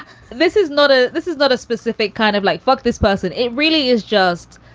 this is not a this is not a specific kind of like fuck this person. it really is just